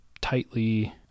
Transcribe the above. tightly